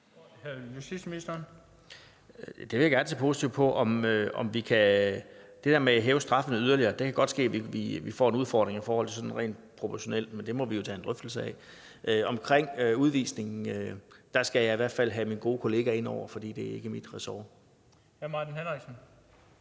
Det vil jeg gerne se positivt på om vi kan. Med hensyn til at hæve straffen yderligere kan det godt ske, at vi får en udfordring sådan i forhold til proportionalitet, men det må vi jo tage en drøftelse af. Hvad angår det der med udvisning, skal jeg i hvert fald have min gode kollega ind over, for det er ikke mit ressort.